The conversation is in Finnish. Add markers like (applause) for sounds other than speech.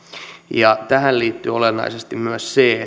tähän liittyy olennaisesti myös se (unintelligible)